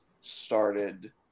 started